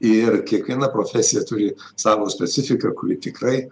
ir kiekviena profesija turi savo specifiką kuri tikrai